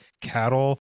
cattle